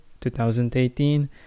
2018